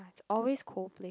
it's always Coldplay